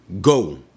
go